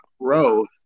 growth